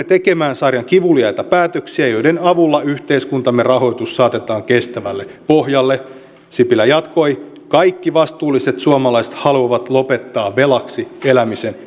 tekemään sarjan kivuliaita päätöksiä joiden avulla yhteiskuntamme rahoitus saatetaan kestävälle pohjalle sipilä jatkoi kaikki vastuulliset suomalaiset haluavat lopettaa velaksi elämisen